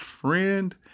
friend